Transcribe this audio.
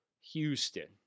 Houston